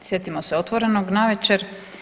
Sjetimo se Otvorenog navečer.